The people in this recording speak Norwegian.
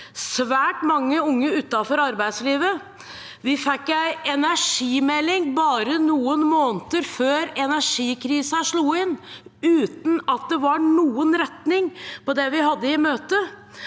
svært mange unge som sto utenfor arbeidslivet. – Vi fikk en energimelding bare noen måneder før energikrisen slo til, uten at det var noen retning på det. Jeg hører